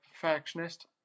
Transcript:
perfectionist